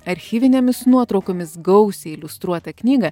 archyvinėmis nuotraukomis gausiai iliustruotą knygą